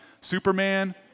Superman